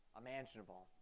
imaginable